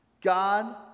God